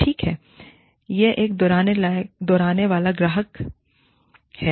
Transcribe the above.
ठीक है यह एक दोहराने वाला ग्राहक है